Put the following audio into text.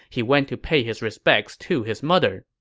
he went to pay his respects to his mother.